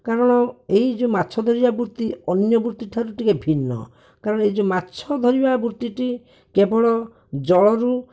କାରଣ ଏହି ଯେଉଁ ମାଛ ଧରିବା ବୃତ୍ତି ଅନ୍ୟ ବ୍ୟକ୍ତି ଠାରୁ ଟିକିଏ ଭିନ୍ନ ତେଣୁ ଏହି ଯେଉଁ ମାଛ ଧରିବା ବୃତ୍ତିଟି କେବଳ ଜଳରୁ